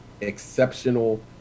Exceptional